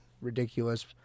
ridiculous